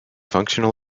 functional